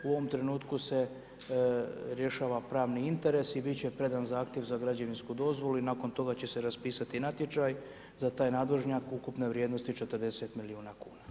U ovom trenutku se rješava pravni interes i biti će predan zahtjev za građevinsku dozvolu i nakon toga će se raspisati natječaj za taj nadvožnjak ukupne vrijednosti 40 milijuna kn.